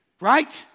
Right